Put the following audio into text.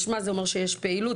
משמע יש פעילות.